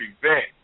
prevent